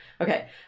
Okay